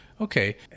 Okay